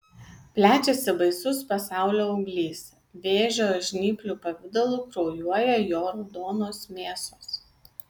plečiasi baisus pasaulio auglys vėžio žnyplių pavidalu kraujuoja jo raudonos mėsos